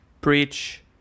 preach